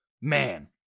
man